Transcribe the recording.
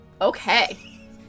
Okay